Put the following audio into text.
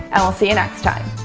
and we'll see you next time.